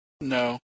No